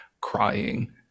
crying